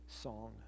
song